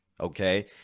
Okay